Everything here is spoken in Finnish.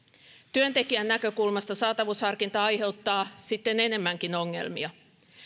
työntekijän näkökulmasta saatavuusharkinta aiheuttaa sitten enemmänkin ongelmia